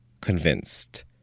convinced